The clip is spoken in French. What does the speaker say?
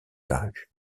parut